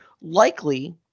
likely